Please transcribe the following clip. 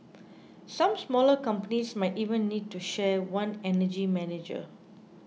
some smaller companies might even need to share one energy manager